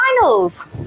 finals